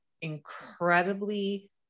incredibly